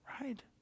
Right